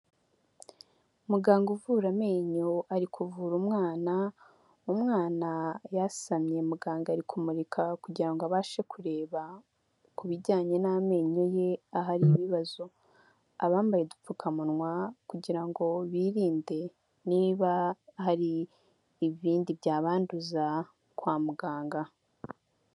Muganga uvura amenyo ari kuvura umwana, umwana yasamye muganga ari kumurika kugira ngo abashe kureba ku bijyanye n'amenyo ye ahari ibibazo, abambaye udupfukamunwa kugira ngo birinde niba hari ibindi byabanduza kwa muganga.